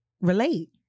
relate